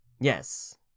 Yes